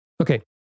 Okay